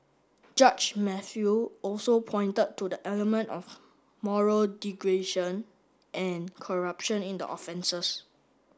judge Mathew also pointed to the element of moral degradation and corruption in the offences